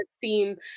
seem